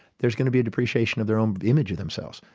there's going to be a depreciation of their own image of themselves.